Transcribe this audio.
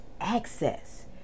access